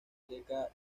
checa